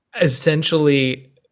essentially